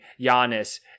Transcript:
Giannis